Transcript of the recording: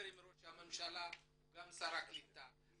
גם עם ראש הממשלה שהוא גם שר הקליטה.